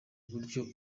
buryo